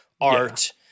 art